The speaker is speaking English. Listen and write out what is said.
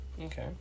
Okay